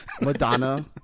Madonna